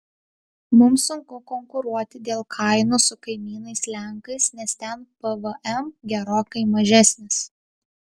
mums sunku konkuruoti dėl kainų su kaimynais lenkais nes ten pvm gerokai mažesnis